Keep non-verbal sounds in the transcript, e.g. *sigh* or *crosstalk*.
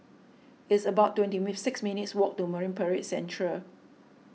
it's about twenty *unintelligible* six minutes' walk to Marine Parade Central